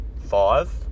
five